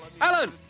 Alan